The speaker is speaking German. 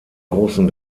großen